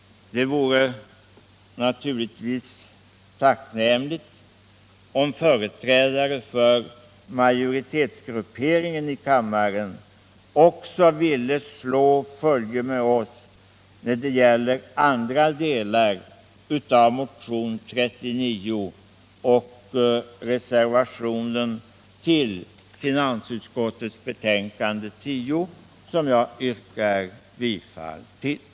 Det vore naturligtvis tacknämligt, om företrädare för majoritetsgrupperingen i kammaren ville slå följe med oss också när det gäller andra delar av motionen 1977 78:10.